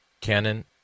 Canon